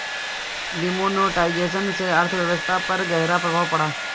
demonetisation से अर्थव्यवस्था पर ग़हरा प्रभाव पड़ा